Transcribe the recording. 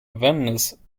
venice